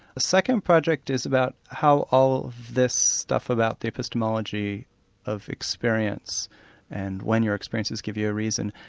the second project is about how all this stuff about the epistemology of experience and when your experiences give you a reason,